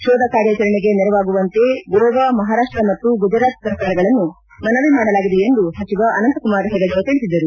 ಶೋಧ ಕಾರ್ಯಾಚರಣೆಗೆ ನೆರವಾಗುವಂತೆ ಗೋವಾ ಮಹಾರಾಪ್ಟ ಮತ್ತು ಗುಜರಾತ್ ಸರ್ಕಾರಗಳನ್ನೂ ಮನವಿ ಮಾಡಲಾಗಿದೆ ಎಂದು ಸಚಿವ ಅನಂತ್ಕುಮಾರ್ ಹೆಗಡೆ ತಿಳಿಸಿದರು